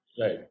Right